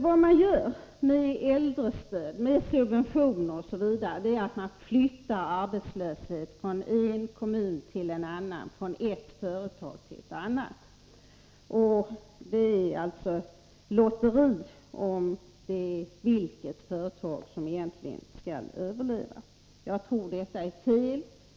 Vad man gör med äldrestöd, subventioner osv. är att man flyttar arbetslöshet från en kommun till en annan, från ett företag till ett annat. Det är ett lotteri om vilket företag som skall överleva. Jag tror att detta är fel.